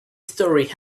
story